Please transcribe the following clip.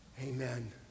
Amen